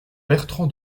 bertran